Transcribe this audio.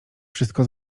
wszystko